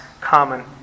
common